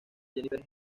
jennifer